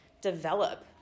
develop